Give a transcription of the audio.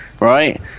Right